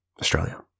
Australia